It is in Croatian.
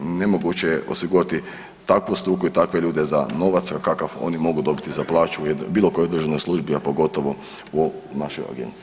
Nemoguće je osigurati takvu struku i takve ljude za novac kakav oni mogu dobiti za plaću u bilo kojoj državnoj službi, a pogotovo u ovoj našoj agenciji.